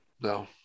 no